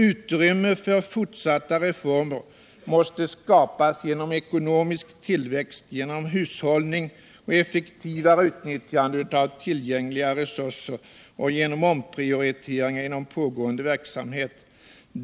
Utrymme för fortsatta reformer måste skapas genom ekonomisk tillväxt, genom hushållning och effektivare utnyttjande av tillgängliga resurser samt genom omprioriteringar inom pågående verksamheter.